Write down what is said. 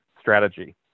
strategy